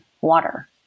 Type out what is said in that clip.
water